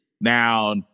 Now